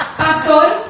pastor